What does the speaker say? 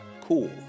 cool